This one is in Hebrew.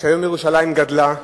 שהיום ירושלים גדלה.